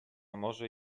może